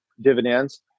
dividends